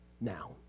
now